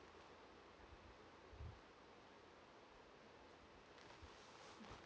uh